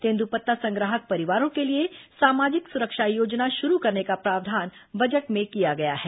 तेंद्रपत्ता संग्राहक परिवारों के लिए सामाजिक सुरक्षा योजना शुरू करने का प्रावधान बजट में किया गया है